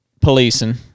policing